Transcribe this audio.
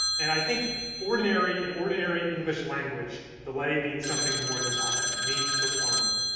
and i think ordinary in ordinary english language, delay means something more than time. it means postponement.